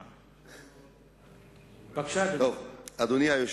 בבקשה, אדוני.